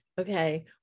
Okay